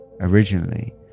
Originally